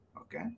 okay